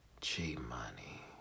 G-Money